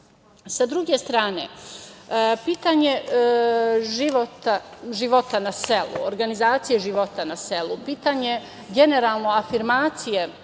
Sa druge strane, pitanje života na selu, organizacije života na selu, pitanje generalno afirmacije